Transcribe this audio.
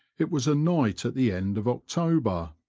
it was a night at the end of october.